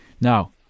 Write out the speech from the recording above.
Now